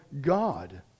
God